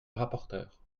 rapporteur